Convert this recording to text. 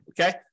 Okay